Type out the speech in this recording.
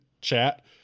chat